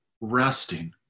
resting